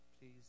Please